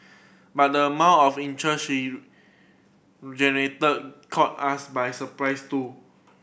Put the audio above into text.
but the amount of interest she generated caught us by surprise too